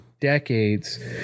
decades